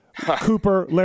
Cooper